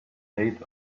height